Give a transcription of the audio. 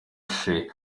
sheikh